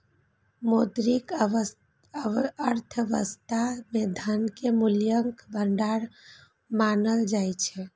मौद्रिक अर्थव्यवस्था मे धन कें मूल्यक भंडार मानल जाइ छै